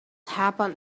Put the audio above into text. happened